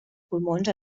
pulmons